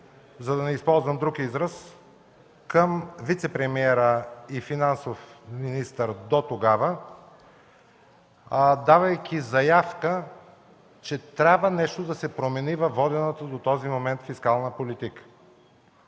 за да не използвам друг израз, към вицепремиера и финансов министър до тогава, давайки заявка, че нещо трябва да се промени във водената до този момент фискална политика.